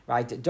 Right